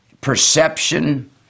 perception